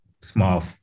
small